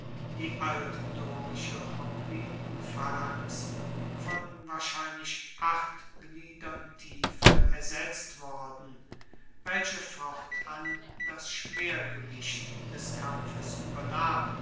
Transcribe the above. die altdorische hoplitenphalanx von wahrscheinlich acht gliedern tiefe ersetzt worden welche fortan das schwergewicht des kampfes uebernahm